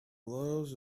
gloves